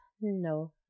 no